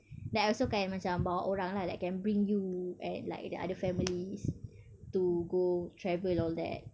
like also kan macam bawa orang lah like can bring you and like the other families to go travel all that